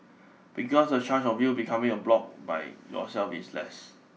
because the chance of you becoming a bloc by yourself is less